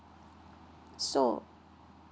so